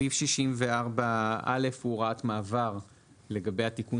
סעיף 64(א) הוא הוראת מעבר לגבי התיקון